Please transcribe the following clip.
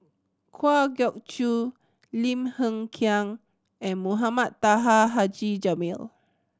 Kwa Geok Choo Lim Hng Kiang and Mohamed Taha Haji Jamil